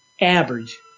Average